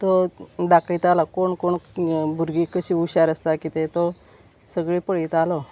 तो दाखयतालो कोण कोण भुरगीं कशी हुशार आसता कितें तो सगळीं पळयतालो